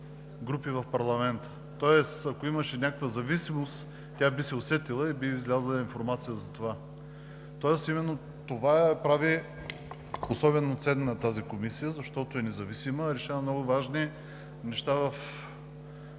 Тоест, ако имаше някаква зависимост, тя би се усетила и би излязла информация за това. Именно това прави особено ценна тази комисия, защото е независима, решава много важни неща във